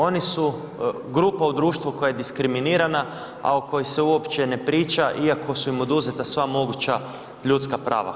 Oni su grupa u društvu koja je diskriminirana a o kojoj se uopće ne priča i ako su im oduzeta sva moguća ljudska prava.